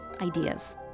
ideas